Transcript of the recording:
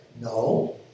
No